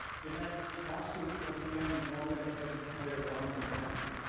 in that lawsuit, once again involving the president's lawyer, don mcgann,